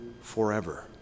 forever